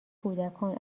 کودکان